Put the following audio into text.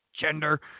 gender